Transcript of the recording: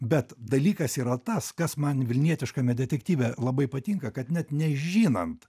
bet dalykas yra tas kas man vilnietiškame detektyve labai patinka kad net nežinant